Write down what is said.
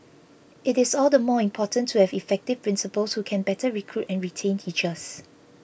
it is all the more important to have effective principals who can better recruit and retain teachers